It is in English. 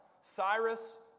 Cyrus